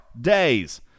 days